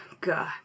God